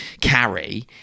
carry